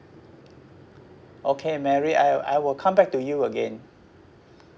okay marry I I will come back to you again